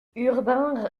urbain